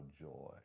joy